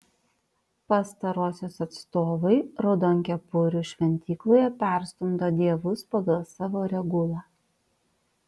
pastarosios atstovai raudonkepurių šventykloje perstumdo dievus pagal savo regulą